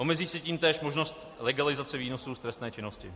Omezí se tím též možnost legalizace výnosů z trestné činnosti.